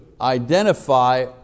identify